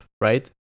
right